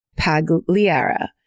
Pagliara